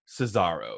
Cesaro